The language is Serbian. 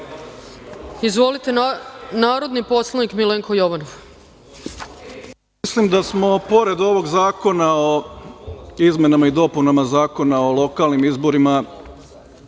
Milenko Jovanov. **Milenko Jovanov** Mislim da smo pored ovog zakona o izmenama i dopunama Zakona o lokalnim izborima